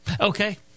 Okay